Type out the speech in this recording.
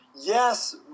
Yes